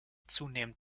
zunehmend